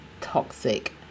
toxic